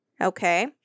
Okay